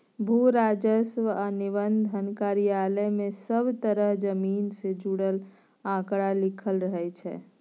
भू राजस्व आ निबंधन कार्यालय मे सब तरहक जमीन सँ जुड़ल आंकड़ा लिखल रहइ छै